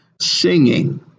singing